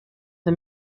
the